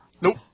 Nope